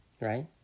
Right